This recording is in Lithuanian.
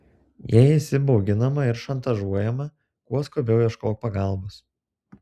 jei esi bauginama ir šantažuojama kuo skubiau ieškok pagalbos